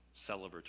celebratory